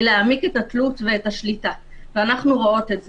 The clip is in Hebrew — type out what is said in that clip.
להעמיק את התלות ואת השליטה ואנחנו רואות את זה.